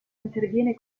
interviene